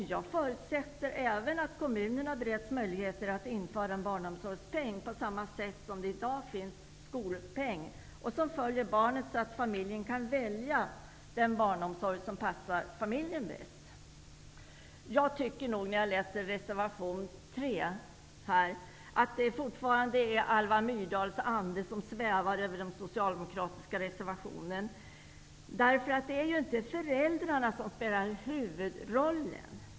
Vidare förutsätter jag att kommunerna bereds möjligheter att införa en barnomsorgspeng -- på samma sätt som det i dag finns en skolpeng -- som följer barnet, så att familjen kan välja den barnomsorg som bäst passar familjen. Jag tycker nog att Alva Myrdals ande svävar över reservation 3 från Socialdemokraterna. Det är ju inte föräldrarna som spelar huvudrollen.